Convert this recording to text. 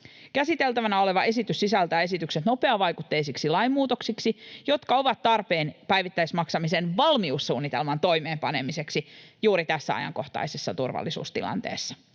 Käsiteltävänä oleva esitys sisältää esitykset nopeavaikutteisiksi lainmuutoksiksi, jotka ovat tarpeen päivittäismaksamisen valmiussuunnitelman toimeenpanemiseksi juuri tässä ajankohtaisessa turvallisuustilanteessa.